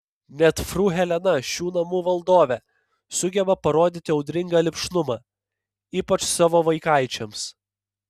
net fru helena šių namų valdovė sugeba parodyti audringą lipšnumą ypač savo vaikaičiams